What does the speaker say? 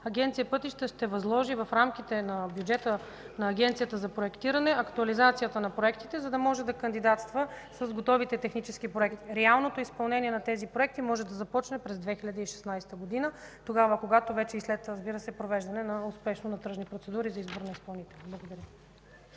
Агенция „Пътища” ще възложи в рамките на бюджета на Агенцията за проектиране актуализацията на проектите, за да може да кандидатства с готовите технически проекти. Реалното изпълнение на тези проекти може да започне през 2016 г. след, разбира се, успешно провеждане на тръжни процедури за избор на изпълнител. Благодаря